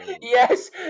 yes